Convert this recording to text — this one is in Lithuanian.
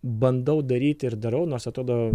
bandau daryti ir darau nors atrodo